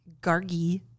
Gargi